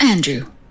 Andrew